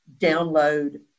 download